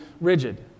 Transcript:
rigid